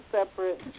separate